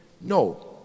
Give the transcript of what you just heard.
No